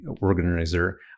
organizer